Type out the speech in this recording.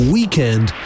Weekend